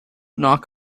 knock